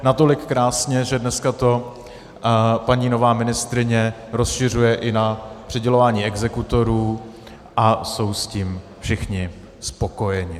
Natolik krásně, že dneska to paní nová ministryně rozšiřuje i na přidělování exekutorů a jsou s tím všichni spokojeni.